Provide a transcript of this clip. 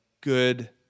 good